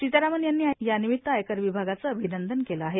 सितारामन यांनी यानिमित्त आयकर विभागाचे अभिनंदन केलं आहे